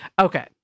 okay